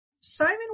Simon